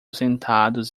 sentados